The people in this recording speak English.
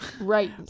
right